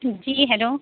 جی hello